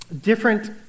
different